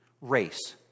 Race